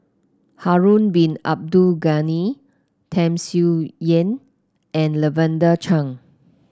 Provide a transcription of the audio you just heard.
Harun Bin Abdul Ghani Tham Sien Yen and Lavender Chang